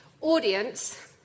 audience